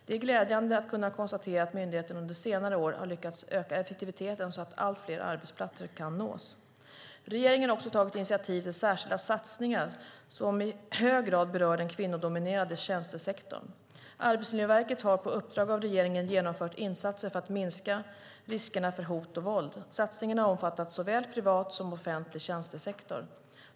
Det är glädjande att kunna konstatera att myndigheten under senare år har lyckats öka effektiviteten så att allt fler arbetsplatser kan nås. Regeringen har också tagit initiativ till särskilda satsningar som i hög grad berör den kvinnodominerade tjänstesektorn. Arbetsmiljöverket har på uppdrag av regeringen genomfört insatser för att minska riskerna för hot och våld. Satsningen har omfattat såväl privat som offentlig tjänstesektor.